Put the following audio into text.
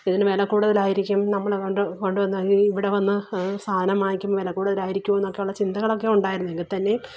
ഇതിന് വിലക്കൂടുതലായിരിക്കും നമ്മൾ കൊണ്ട് കൊണ്ടുവന്ന ഈ ഇവിടെ വന്ന് സാധനം വാങ്ങിക്കുമ്പം വില കൂടുതലായിരിക്കുമെന്നൊക്കെ ഉള്ള ചിന്തകളൊക്കെ ഉണ്ടായിരുന്നു എങ്കില്ത്തന്നെയും